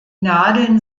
nadeln